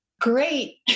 great